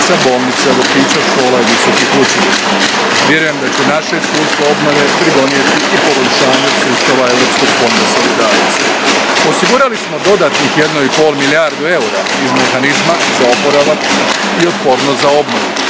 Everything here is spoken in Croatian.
bolnica, vrtića, škola i visokih učilišta. Vjerujem da će naše iskustvo obnove pridonijeti i poboljšanju sustava Europskog fonda solidarnosti. Osigurali smo dodatnih 1,5 milijardu eura iz Mehanizma za oporavak i otpornost za obnovu,